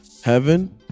Heaven